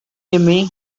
timmy